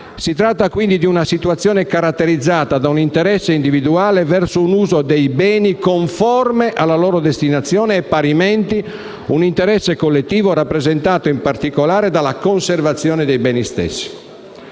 Si tratta, quindi, di una situazione caratterizzata da un interesse individuale verso un uso dei beni conforme alla loro destinazione e, parimenti, un interesse collettivo rappresentato in particolare dalla conservazione dei beni stessi.